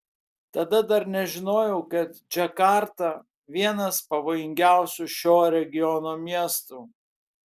tada dar nežinojau kad džakarta vienas pavojingiausių šio regiono miestų